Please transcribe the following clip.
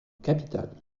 capitale